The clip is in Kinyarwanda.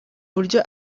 buryo